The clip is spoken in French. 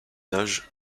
âge